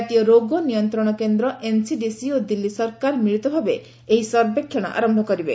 ଜାତୀୟ ରୋଗ ନିୟନ୍ତ୍ରଣ କେନ୍ଦ୍ର ଏନ୍ସିଡିସି ଓ ଦିଲ୍ଲୀ ସରକାର ମିଳିତ ଭାବେ ଏହି ସର୍ଭେକ୍ଷଣ ଆରମ୍ଭ କରିବେ